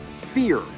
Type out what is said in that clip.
fear